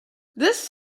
this